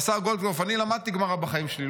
והשר גולדקנופ, אני למדתי גמרא בחיים שלי.